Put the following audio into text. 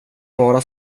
bara